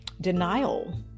denial